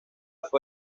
fue